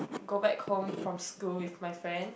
go back home from school with my friend